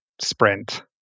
sprint